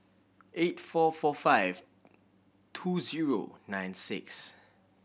eight four four five two zero nine six